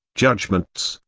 judgments,